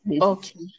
okay